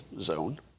zone